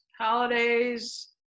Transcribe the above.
Holidays